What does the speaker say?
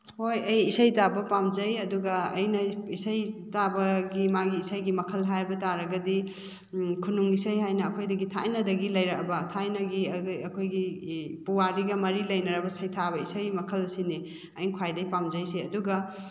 ꯍꯣꯏ ꯑꯩ ꯏꯁꯩ ꯇꯥꯕ ꯄꯥꯝꯖꯩ ꯑꯗꯨꯒ ꯑꯩꯅ ꯏꯁꯩ ꯇꯥꯕꯒꯤ ꯃꯥꯒꯤ ꯏꯁꯩꯒꯤ ꯃꯈꯜ ꯍꯥꯏꯕ ꯇꯥꯔꯒꯗꯤ ꯈꯨꯅꯨꯡ ꯏꯁꯩ ꯍꯥꯏꯅ ꯑꯩꯈꯣꯏꯗꯒꯤ ꯊꯥꯏꯅꯗꯒꯤ ꯂꯩꯔꯛꯂꯕ ꯊꯥꯏꯅꯒꯤ ꯑꯩꯈꯣꯏꯒꯤ ꯄꯨꯋꯥꯔꯤꯒ ꯃꯔꯤ ꯂꯩꯅꯔꯕ ꯁꯩꯊꯥꯕ ꯏꯁꯩ ꯃꯈꯜꯁꯤꯅꯤ ꯑꯩꯅ ꯈ꯭ꯋꯥꯏꯗꯩ ꯄꯥꯝꯖꯩꯁꯦ ꯑꯗꯨꯒ